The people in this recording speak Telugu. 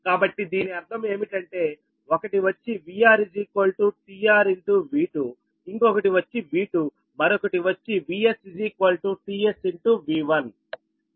కాబట్టి దీని అర్థం ఏమిటంటే ఒకటి వచ్చి VRtRV2ఇంకొకటి వచ్చి V2మరొకటి వచ్చి VStSV1